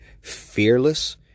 fearless